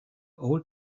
old